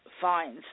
fines